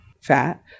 fat